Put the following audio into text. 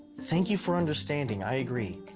thank you for understanding. i agree.